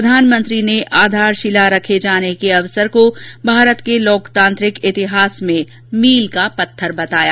प्रधानमंत्री ने आधारशिला रखे जाने के अवसर को भारत के लोकतांत्रिक इतिहास में भील का पत्थर बताया